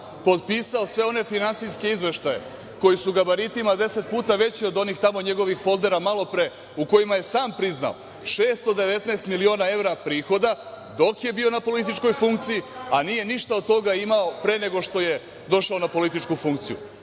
potpisao sve one finansijske izveštaje koji su gabaritima deset puta veći od onih tamo njegovih foldera malopre u kojima je sam priznao 619 miliona evra prihoda dok je bio na političkoj funkciji, a nije ništa od toga imao pre nego što je došao na političku funkciju.